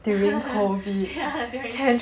ya during